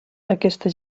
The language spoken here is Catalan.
aquesta